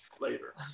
later